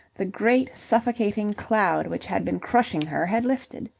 the great suffocating cloud which had been crushing her had lifted.